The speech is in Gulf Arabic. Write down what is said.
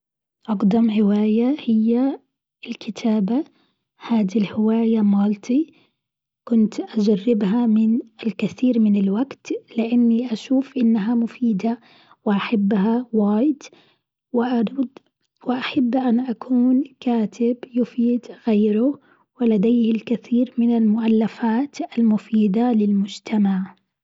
أقدم هواية هي الكتابة، هذه الهواية ملتي كنت أجربها من الكثير من الوقت لإني أشوف إنها مفيدة وأحبها واجد وأحب أن أكون كاتب يفيد غيره ولديه الكثير من المؤلفات المفيدة للمجتمع.